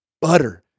butter